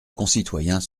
concitoyens